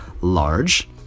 large